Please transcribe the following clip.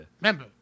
Remember